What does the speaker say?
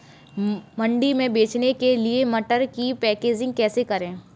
मंडी में बेचने के लिए मटर की पैकेजिंग कैसे करें?